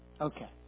Okay